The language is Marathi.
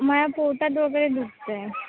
मला पोटात वगैरे दुखत आहे